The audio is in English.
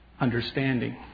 understanding